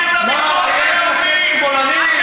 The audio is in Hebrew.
פחדנים.